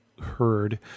heard